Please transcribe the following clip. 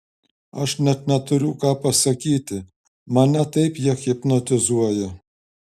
aš net neturiu ką pasakyti mane taip jie hipnotizuoja